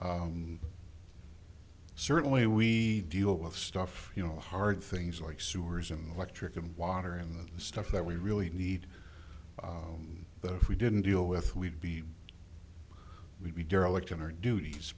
certainly we deal with stuff you know hard things like sewers and like trick and water and stuff that we really need that if we didn't deal with we'd be we'd be derelict in our duties